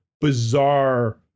bizarre